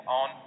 on